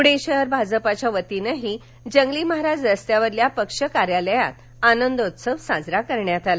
पुणे शहर भाजपच्या वतीनंही जंगली महाराज रस्त्यावरील पक्ष कार्यालयात आनंदोत्सव साजरा करण्यात आला